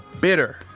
bitter